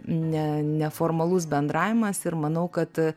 ne neformalus bendravimas ir manau kad